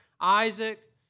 Isaac